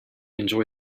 enjoy